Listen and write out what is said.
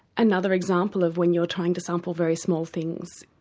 another example of when you're trying to sample very small things,